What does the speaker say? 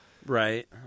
Right